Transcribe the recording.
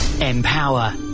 empower